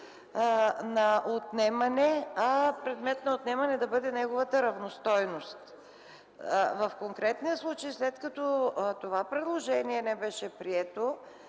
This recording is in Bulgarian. на отнемане, а предмет на отнемане да бъде неговата равностойност. В конкретния случай, след като това предложение не беше прието,